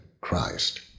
Christ